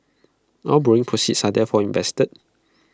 all borrowing proceeds are therefore invested